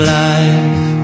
life